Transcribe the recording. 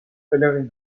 pèlerinages